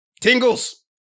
Tingles